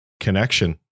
connection